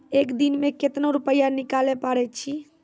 एक दिन मे केतना रुपैया निकाले पारै छी?